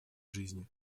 жизни